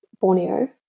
Borneo